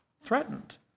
threatened